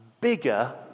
bigger